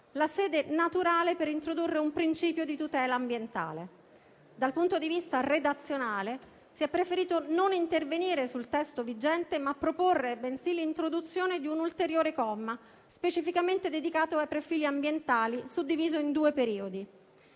la sede naturale per introdurre un principio di tutela ambientale. Dal punto di vista redazionale, si è preferito non intervenire sul testo vigente, ma proporre l'introduzione di un ulteriore comma, specificamente dedicato ai profili ambientali, suddiviso in due periodi.